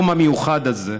היום המיוחד הזה